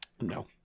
No